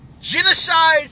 genocide